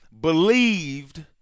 believed